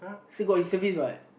still got reservist what